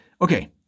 Okay